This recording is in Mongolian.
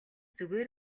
зүгээр